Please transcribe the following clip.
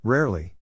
Rarely